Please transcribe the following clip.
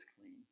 clean